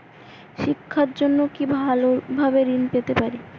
শিক্ষার জন্য কি ভাবে ঋণ পেতে পারি?